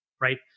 right